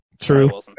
True